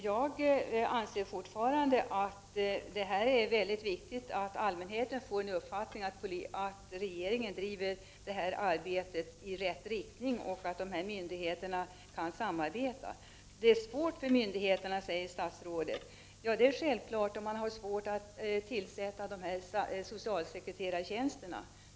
Jag anser fortfarande att det är mycket viktigt att allmänheten får den uppfattningen att regeringen 67 bedriver detta arbete i rätt riktning och att de berörda myndigheterna kan samarbeta. Det är svårt för myndigheterna, säger statsrådet. Ja, det är självklart att man har svårt att tillsätta socialsekreterartjänsterna.